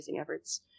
efforts